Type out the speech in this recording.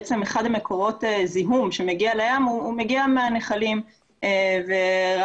בעצם אחד מקורות הזיהום שמגיע לים הוא מגיע מהנחלים.